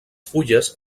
fulles